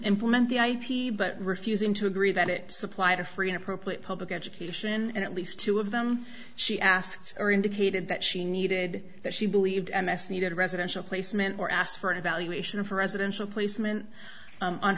implement the ip but refusing to agree that it supplied a free and appropriate public education and at least two of them she asked are indicated that she needed that she believed m s needed a residential placement or asked for an evaluation for residential placement